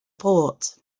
port